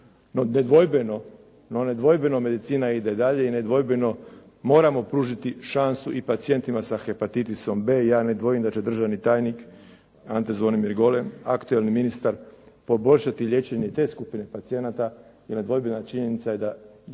No, nedvojbeno medicina ide dalje i nedvojbeno moramo pružiti šansu i pacijentima sa hepatitisom B. Ja ne dvojim da će državni tajnik Ante Zvonimir Golem, aktualni ministar poboljšati liječenje i te skupine pacijenata i nedvojbena činjenica je da je